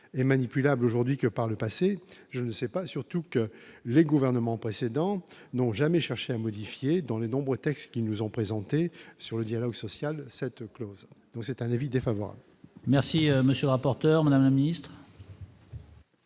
et manipulables aujourd'hui que par le passé, je ne sais pas, surtout que les gouvernements précédents n'ont jamais cherché à modifier dans les nombreux textes qui nous ont présentés sur le dialogue social, cette clause, donc c'est un avis défavorable. Merci, monsieur le rapporteur, madame la ministre.